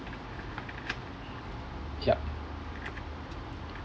yup